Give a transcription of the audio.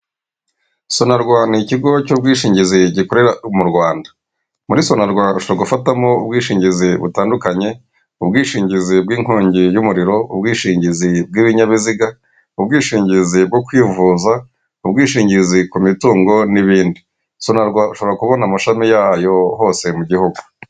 Sonarwa ni ikigo cy'ubwishingizi gikorera mu Rwanda, muri sonarwa ushobora gufatamo ubwishingizi butandukanye: ubwishingizi bw'inkongi y'umuriro, ubwishingizi bw'ibinyabiziga, ubwishingizi bwo kwivuza, ubwishingizi ku mitungo, n'ibindi, sonarwa ushobora kubona amashami yayo hose mu gihugu.